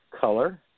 color